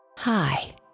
Hi